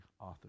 author